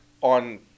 on